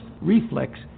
reflex